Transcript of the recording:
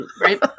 Right